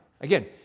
Again